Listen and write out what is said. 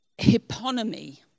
hyponymy